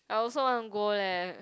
I also want to go leh